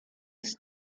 des